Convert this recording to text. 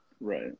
Right